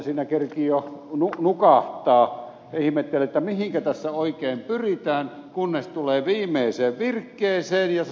siinä kerkiää jo nukahtaa ja ihmetellä mihinkä tässä oikein pyritään kunnes tulee viimeiseen virkkeeseen jossa sanotaan